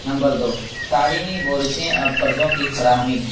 number دو تعلیمی بورسیں اور قرضوں کی فراہمی